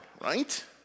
right